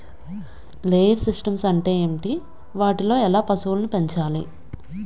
Layer systems అంటే ఏంటి? వాటిలో ఎలా పశువులను పెంచాలి?